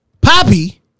poppy